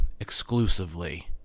exclusively